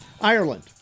Ireland